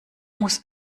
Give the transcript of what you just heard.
muss